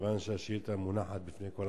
מכיוון שהשאילתא מונחת בפני כל,